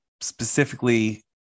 specifically